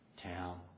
town